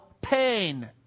pain